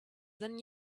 than